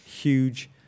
Huge